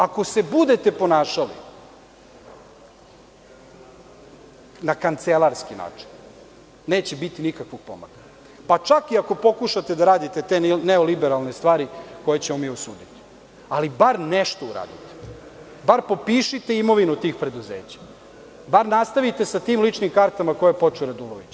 Ako se budete ponašali na kancelarski način, neće biti nikakvog pomaka, pa čak i ako pokušate da radite te neoliberalne stvari koje ćemo mi osuditi, ali bar nešto uradite, bar popišite imovinu tih preduzeća, bar nastavite sa tim ličnim kartama koje je počeo Radulović.